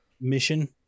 mission